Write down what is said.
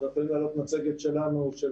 אנחנו יכולים להעלות מצגת שלנו של